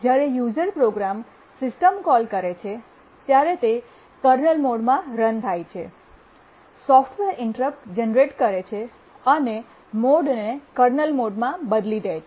જ્યારે user program system call કરે છે ત્યારે તે કર્નલ મોડમાં રન થાય છે સોફ્ટવેર ઇન્ટરપ્ટ જનરેટ કરે છે અને મોડને કર્નલ મોડમાં બદલી દે છે